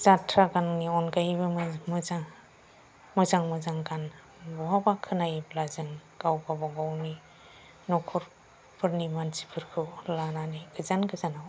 जाथ्रा गाननि अनगायैबो मोजां मोजां गान बहाबा खोनायोब्ला जों गावबा गावनि नखरफोरनि मानसिफोरखौ लानानै गोजान गोजानाव